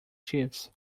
chiefs